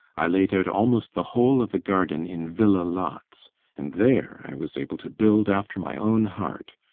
i laid out almost the whole of the garden in villa lots and there i was able to build after my own heart.